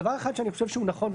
דבר אחד שאני חושב שהוא נכון,